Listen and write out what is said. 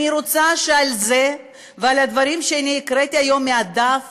אני רוצה שעל זה ועל הדברים שקראתי היום מהדף